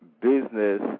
business